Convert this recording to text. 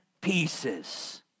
pieces